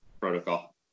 protocol